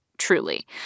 Truly